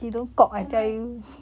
oh my